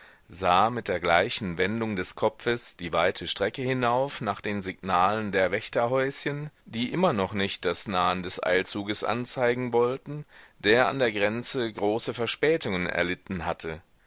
sah mit der gleichen wendung des kopfes die weite strecke hinauf nach den signalen der wächterhäuschen die immer noch nicht das nahen des eilzuges anzeigen wollten der an der grenze große verspätung erlitten hatte